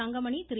Thangamani Thiru